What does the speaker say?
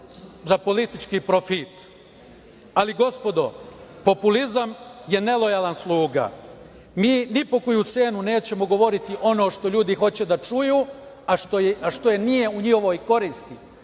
za politički profit. Gospodo, populizam je nelojalan sluga. Mi ni po koju cenu nećemo govoriti ono što ljudi hoće da čuju, a što nije u njihovoj koristi,